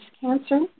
cancer